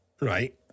right